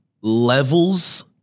levels